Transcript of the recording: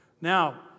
Now